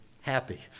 happy